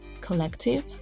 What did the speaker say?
collective